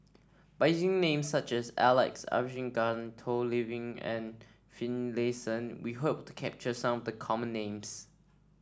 by using names such as Alex Abisheganaden Toh Liying and Finlayson we hope to capture some of the common names